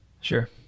Sure